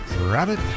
rabbit